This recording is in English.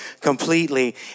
completely